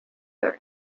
urine